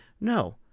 No